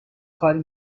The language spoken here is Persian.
کاری